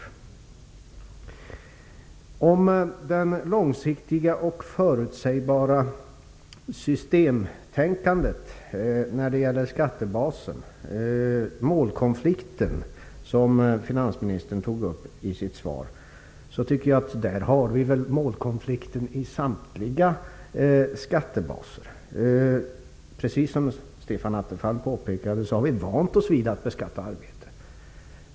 Vad gäller den målkonflikt beträffande det långsiktiga och förutsägbara systemtänkandet om skattebasen som finansministern tog upp i sitt svar menar jag att vi har målkonflikter i samtliga skattebaser. Som Stefan Attefall påpekade har vi vant oss vid att beskatta arbete.